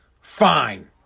fine